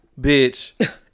bitch